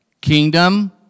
kingdom